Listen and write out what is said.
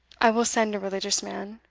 i will send a religious man.